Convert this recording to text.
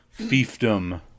fiefdom